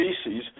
species